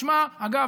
אגב,